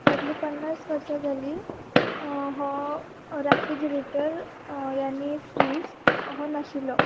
फाटलीं पन्नास वर्सां जालीं हो रेफ्रिजिरेटर यानी फ्रीज हो नाशिल्लो